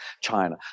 China